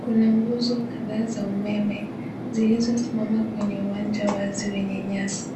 Kuna gunzo kadhaa za umeme, zilizosimama kwenye uwanja wazi wenye nyasi,